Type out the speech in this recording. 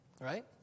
Right